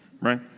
Right